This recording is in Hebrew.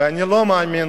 ואני לא מאמין